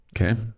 Okay